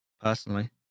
personally